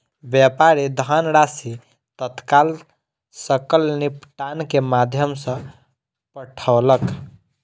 व्यापारी धनराशि तत्काल सकल निपटान के माध्यम सॅ पठौलक